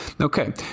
Okay